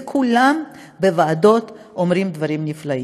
וכולם בוועדות אומרים דברים נפלאים.